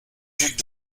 duc